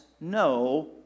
no